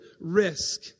risk